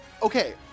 Okay